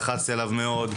לחצתי עליו מאוד.